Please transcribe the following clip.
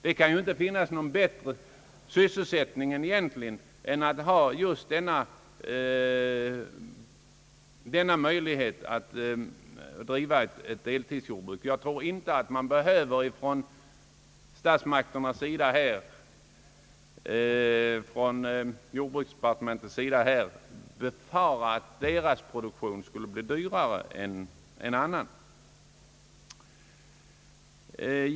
Det kan inte finnas någon bättre sysselsättning än att driva ett deltidsjordbruk. Man behöver från jordbruksdepartementets sida inte befara att den produktionen skulle bli dyrare än annan.